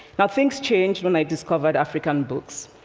now, things changed when i discovered african books.